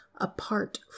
apart